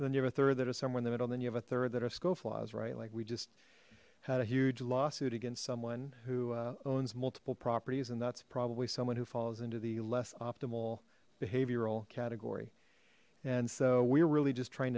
then you have a third that is someone the middle then you have a third that are scofflaws right like we just had a huge lawsuit against someone who owns multiple properties and that's probably someone who follows into the less optimal behavioral category and so we're really just trying